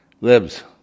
Libs